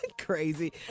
Crazy